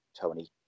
Tony